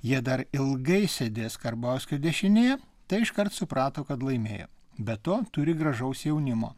jie dar ilgai sėdės karbauskio dešinėje tai iškart suprato kad laimėjo be to turi gražaus jaunimo